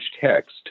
text